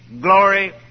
glory